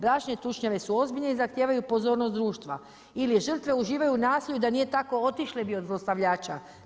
Bračne tučnjave su ozbiljne i zahtijevaju pozornost društva ili žrtve uživaju u nasilju da nije tako otišle bi od zlostavljača.